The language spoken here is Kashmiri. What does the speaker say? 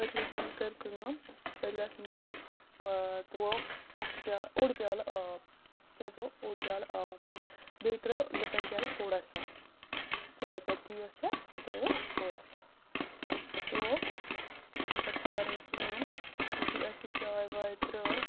پٔتۍلَس منٛز کٔر کٲم پٔتۍلَس منٛز تروو اَکھ پیا اوٚڑ پیالہٕ آب کیٛاہ تروو اوٚڑ پیالہٕ آب بیٚیہِ ترٲو لِپٹَن چاے تھوڑا سا چایہِ پٔتی یۄس چھِ سۄ ترٲوٕس تھوڑا سا تروو اَمۍ پَتہٕ چھےٚ کَرٕنۍ کٲم یُتھٕے اسہِ یہِ چاے وٲے ترٲو